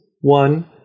One